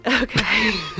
Okay